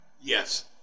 Yes